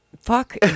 Fuck